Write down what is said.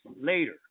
later